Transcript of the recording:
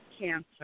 cancer